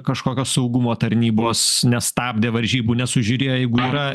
kažkokios saugumo tarnybos nestabdė varžybų nesužiūrėjo jeigu yra